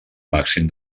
màxim